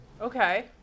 Okay